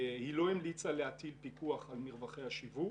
היא לא המליצה לעתיד פיקוח על מרווחי השיווק